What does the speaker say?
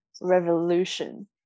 revolution